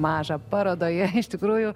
mažą parodoje iš tikrųjų